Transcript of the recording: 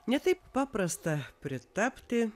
ne taip paprasta pritapti